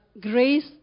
grace